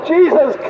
Jesus